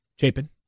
Chapin